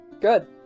good